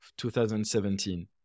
2017